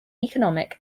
economic